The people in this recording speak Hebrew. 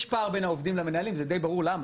יש פער בין העובדים למנהלים, זה די ברור למה,